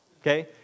okay